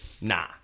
Nah